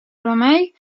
remei